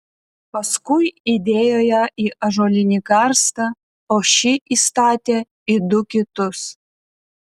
paskui įdėjo ją į ąžuolinį karstą o šį įstatė į du kitus